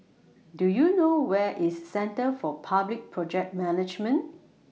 Do YOU know Where IS Centre For Public Project Management